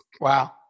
wow